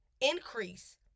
increase